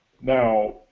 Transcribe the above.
Now